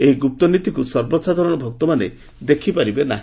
ଏହି ଗୁପ୍ତନୀତିକୁ ସର୍ବସାଧାରଣ ଭକ୍ତମାନେ ଦେଖ୍ପାରିବେ ନାହି